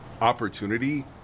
opportunity